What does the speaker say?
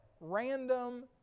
random